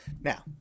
Now